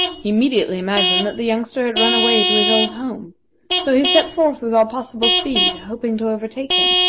he immediately imagined that the youngster had ran away to his old home so he set forth with all possible speed, hoping to overtake him.